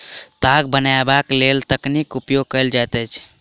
ताग बनयबाक लेल तकलीक उपयोग कयल जाइत अछि